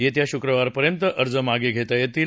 येत्या शुक्रवारपर्यंत अर्ज मागे घेता येतील